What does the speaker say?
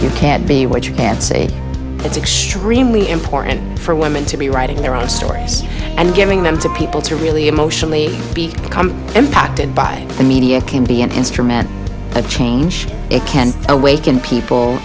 you can't be what you can't say it's extremely important for women to be writing their own stories and giving them to people to really emotionally be impacted by the media can be an instrument of change it can awaken people